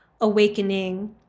awakening